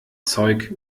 zeug